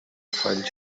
find